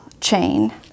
chain